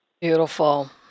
Beautiful